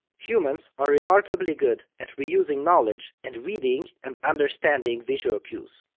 humans are remarkably good at reusing knowledge, and reading and understanding visual cues.